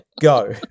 go